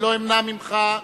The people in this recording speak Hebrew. לא אמנע ממך.